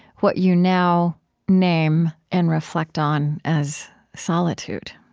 what you now name and reflect on as solitude.